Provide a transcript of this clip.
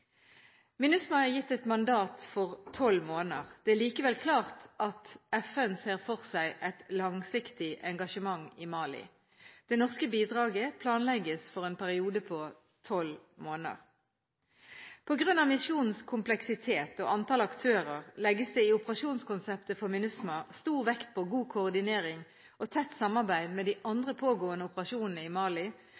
Vi har hatt god dialog med alle de nordiske land i denne prosessen. Vi vil fortsette planleggingen med sikte på å finne nordiske løsninger knyttet til deployering, forsyning og samordning av innsatsen. MINUSMA er gitt et mandat for tolv måneder. Det er likevel klart at FN ser for seg et langsiktig engasjement i Mali. Det norske bidraget planlegges for en periode på tolv måneder. På